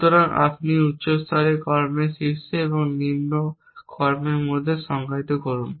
সুতরাং আপনি উচ্চ স্তরের কর্মের শীর্ষে এবং নিম্ন কর্মের মধ্যে সংজ্ঞায়িত করুন